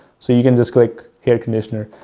so, you can just click hair conditioner.